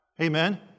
Amen